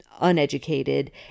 uneducated